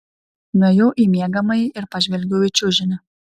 nuėjau į miegamąjį ir pažvelgiau į čiužinį